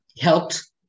helped